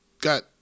got